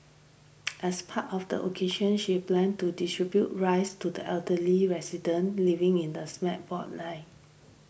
as part of the occasion she planned to distribute rice to the elderly residents living in a slab block line